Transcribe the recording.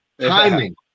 Timing